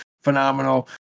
phenomenal